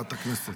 חברת הכנסת?